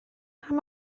how